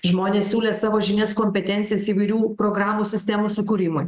žmonės siūlė savo žinias kompetencijas įvairių programų sistemų sukūrimui